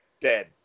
dead